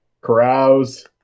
Carouse